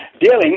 dealing